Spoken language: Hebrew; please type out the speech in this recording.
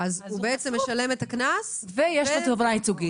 אז הוא משלם את הקנס ויש לו תובענה ייצוגית.